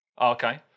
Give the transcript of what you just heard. Okay